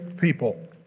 people